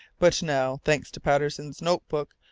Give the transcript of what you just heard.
but now, thanks to patterson's note-book,